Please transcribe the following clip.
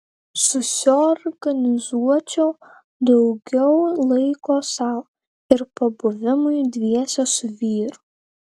susiorganizuočiau daugiau laiko sau ir pabuvimui dviese su vyru